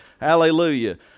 Hallelujah